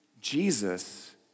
Jesus